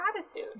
attitude